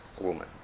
woman